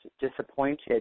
disappointed